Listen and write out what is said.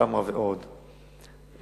תמרה ועוד,